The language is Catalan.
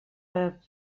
per